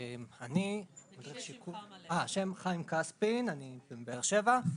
חיים כספין, אני מבאר שבע.